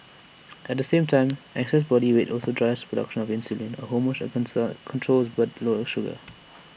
at the same time excess body weight also drives the production of insulin A hormone that concern controls blood levels sugar